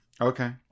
Okay